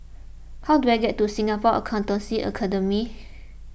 how do I get to Singapore Accountancy Academy